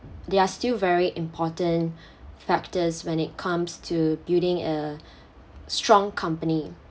they are still very important factors when it comes to building a strong company